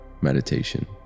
meditation